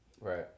Right